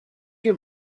your